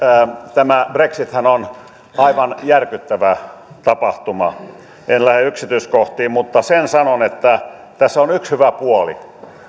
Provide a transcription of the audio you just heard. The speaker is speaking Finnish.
tämä brexithän on aivan järkyttävä tapahtuma en lähde yksityiskohtiin mutta sen sanon että tässä on yksi hyvä puoli